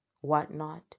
whatnot